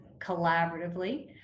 collaboratively